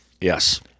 Yes